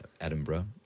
Edinburgh